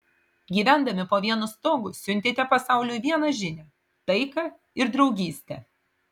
gyvendami po vienu stogu siuntėte pasauliui vieną žinią taiką ir draugystę